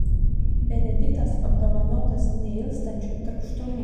benediktas apdovanotas neilstančiu darbštumu